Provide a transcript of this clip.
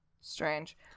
Strange